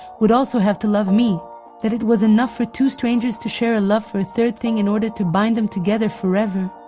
would also have to love me that it was enough for two strangers to share love for a third thing in order to bind them together forever.